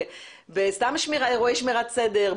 בסתם אירועי שמירת סדר,